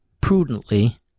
prudently